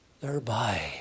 thereby